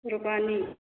Rupani